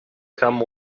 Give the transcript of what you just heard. come